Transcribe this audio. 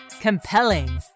compelling